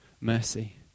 mercy